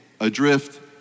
adrift